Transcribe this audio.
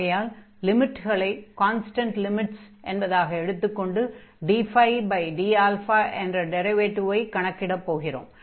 ஆகையால் லிமிட்களை constant limits என்பதாக எடுத்துக் கொண்டு dda என்ற டிரைவேடிவைக் கணக்கிடப் போகிறோம்